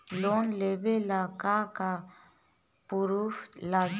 Loan लेबे ला का का पुरुफ लागि?